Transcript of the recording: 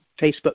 Facebook